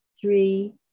three